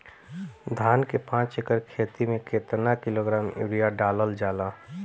धान के पाँच एकड़ खेती में केतना किलोग्राम यूरिया डालल जाला?